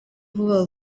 vuba